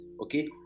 Okay